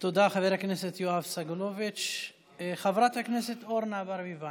תודה, חבר הכנסת יואב סגלוביץ'.